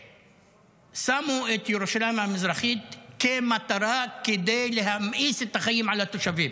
שמו את ירושלים המזרחית כמטרה כדי להמאיס את החיים על התושבים,